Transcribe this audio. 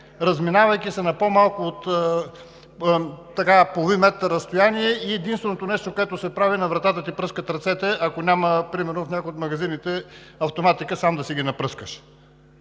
разминавайки се на по-малко от половин метър разстояние. Единственото нещо, което се прави – на вратата ти пръскат ръцете, а ако няма примерно в някой от магазините автоматика, сам да си ги напръскваш.